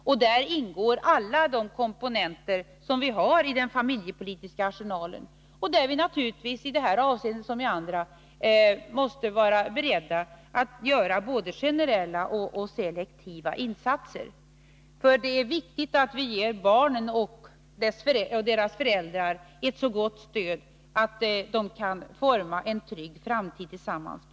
I den politiken ingår alla de komponenter som vi har i den familjepolitiska arsenalen, och vi måste naturligtvis i det här avseendet som i alla andra vara beredda att göra både generella och selektiva insatser. Det är viktigt att vi ger barnen och deras föräldrar ett så gott stöd att de kan forma en trygg framtid tillsammans.